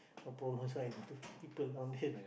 got problem so I people down there